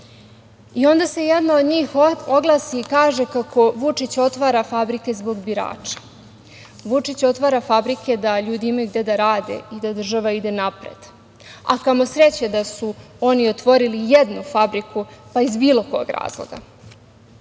Onda se jedna od njih oglasi i kaže kako Vučić otvara fabrike zbog birača. Vučić otvara fabrike da ljudi imaju gde da rade i da država ide napred. Kamo sreće da su oni otvorili jednu fabriku, iz bilo kog razloga. Verujem